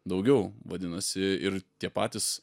daugiau vadinasi ir tie patys